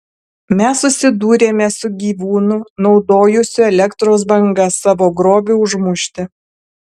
mes susidūrėme su gyvūnu naudojusiu elektros bangas savo grobiui užmušti